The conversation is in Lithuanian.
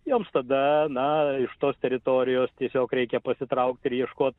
joms tada na iš tos teritorijos tiesiog reikia pasitraukt ir ieškot